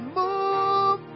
move